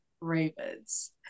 Ravens